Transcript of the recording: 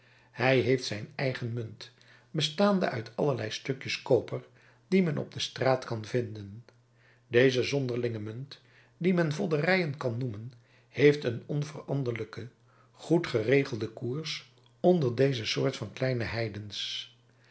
hij heeft zijn eigen munt bestaande uit allerlei stukjes koper die men op de straat kan vinden deze zonderlinge munt die men vodderijen kan noemen heeft een onveranderlijken goed geregelden koers onder deze soort van kleine heidens